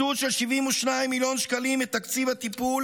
קיצוץ של 72 מיליון שקלים מתקציב הטיפול